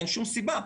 אין שום סיבה.